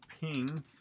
ping